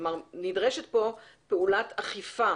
כלומר, נדרשת כאן פעולת אכיפה